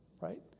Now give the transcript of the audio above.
right